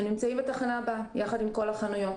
הם נמצאים בתחנה הבאה יחד עם כל החנויות,